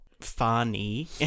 funny